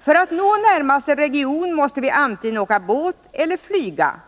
För att nå närmaste region måste vi antingen åka båt eller flyga.